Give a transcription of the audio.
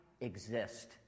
exist